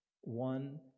one